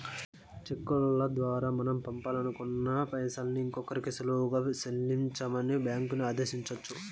చెక్కుల దోరా మనం పంపాలనుకున్న పైసల్ని ఇంకోరికి సులువుగా సెల్లించమని బ్యాంకులని ఆదేశించొచ్చు